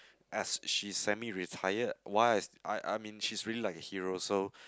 as she send me retired why I I mean she's really like hero also